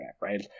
right